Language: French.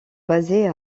basés